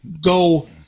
go